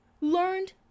learned